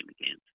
again